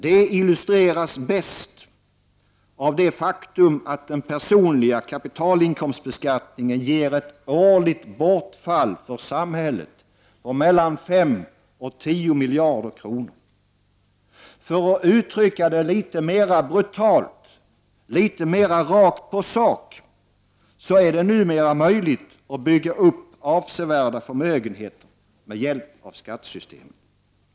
Det illustreras bäst av det faktum att den personliga kapitalinkomstbeskattningen ger ett årligt bortfall på mellan 5 och 10 miljarder kronor. För att uttrycka det litet mera brutalt och rakt på sak är det numera möjligt att bygga upp avsevärda förmögenheter med hjälp av skattesystemet.